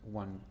one